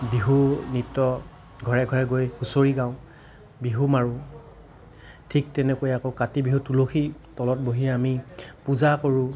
বিহু নৃত্য ঘৰে ঘৰে গৈ হুঁচৰি গাঁও বিহু মাৰোঁ ঠিক তেনেকৈ আকৌ কাতি বিহুত তুলসী তলত বহি আমি পূজা কৰোঁ